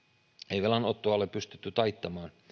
ei velanottoa ole pystytty taittamaan